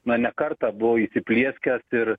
na ne kartą buvo įsiplieskęs ir